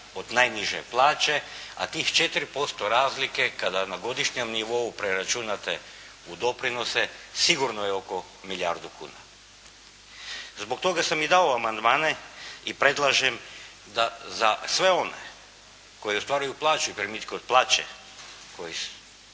od najniže plaće, a tih 4% razlike kada na godišnjem nivou preračunate u doprinose sigurno je oko milijardu kuna. Zbog toga sam i dao amandmane i predlažem da za sve one koji ostvaruju plaću i primitkom plaće koji